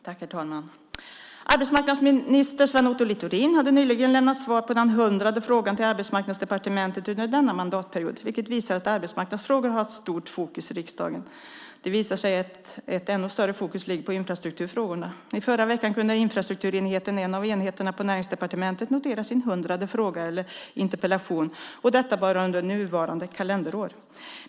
Herr talman! Arbetsmarknadsminister Sven Otto Littorin kunde nyligen lämna svar på den hundrade frågan till Arbetsmarknadsdepartementet under denna mandatperiod, vilket visar att arbetsmarknadsfrågor har stort fokus i riksdagen. Det visar sig att ett ännu större fokus ligger på infrastrukturfrågorna. I förra veckan kunde infrastrukturenheten, en av enheterna på Näringsdepartementet, notera sin hundrade fråga eller interpellation, och detta bara under nuvarande kalenderår.